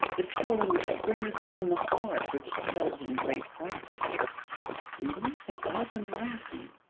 the tone which springs from the heart which tells in great crises and these had all been lacking.